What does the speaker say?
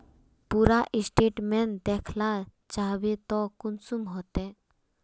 पूरा स्टेटमेंट देखला चाहबे तो कुंसम होते?